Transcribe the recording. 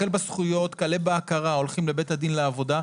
החל בזכויות וכלה בהכרה הולכים לבית הדין לעבודה,